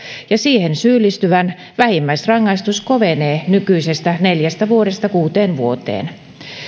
ja siihen syyllistyvän vähimmäisrangaistus kovenee nykyisestä neljästä vuodesta kuuteen vuoteen